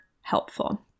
helpful